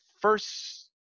first